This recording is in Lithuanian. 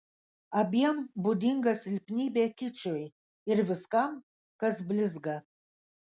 abiem būdinga silpnybė kičui ir viskam kas blizga